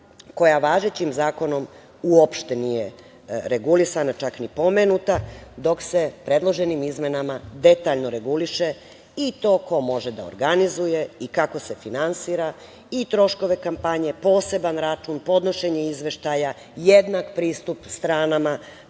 koja važećim zakonom uopšte nije regulisana, čak ni pomenuta, dok se predloženim izmenama detaljno reguliše i to ko može da organizuje i kako se finansira i troškove kampanje, poseban račun, podnošenja izveštaja, jednak pristup stranama